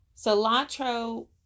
Cilantro